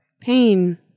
Pain